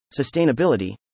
sustainability